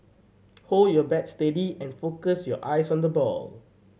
hold your bat steady and focus your eyes on the ball